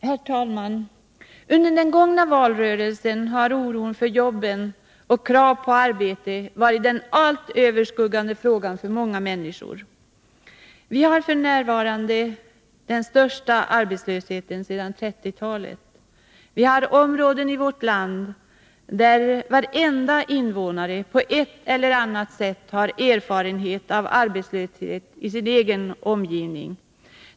Herr talman! Under den gångna valrörelsen har oron för jobben och kravet på arbete varit den allt överskuggande frågan för många människor. Vi harf. n. den största arbetslösheten sedan 1930-talet. Vi har områden i vårt land där varenda invånare, på ett eller annat sätt, har erfarenhet av arbetslöshet i sin egen omgivning.